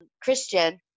Christian